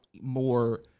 more –